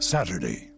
Saturday